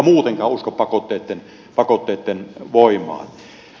enkä muutenkaan usko pakotteitten voimaan